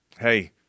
Hey